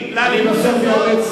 למה אתה לא מדבר על,